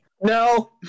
No